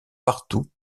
partout